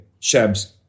Shabs